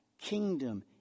kingdom